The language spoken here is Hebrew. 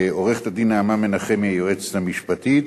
לעורכת-דין נעמה מנחמי, היועצת המשפטית,